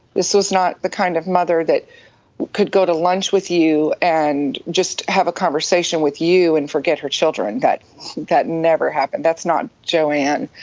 this was not the kind of mother that could go to lunch with you and just have a conversation with you and forget her children. but that never happened. that's not joanne.